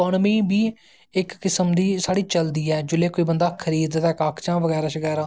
कुसै नै मिगी एह् बी इक किस्म दी चलदी ऐ जिसलै बंदा खरीददा बगैरा बगैरा